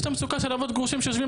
יש את המצוקה של האבות הגרושים שיושבים